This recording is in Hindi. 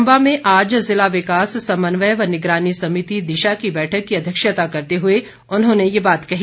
चम्बा में आज ज़िला विकास समन्वय व निगरानी समिति दिशा की बैठक की अध्यक्षता करते हुए उन्होंने ये बात कही